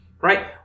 right